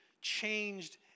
changed